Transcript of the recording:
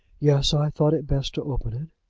yes i thought it best to open it.